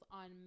on